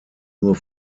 nur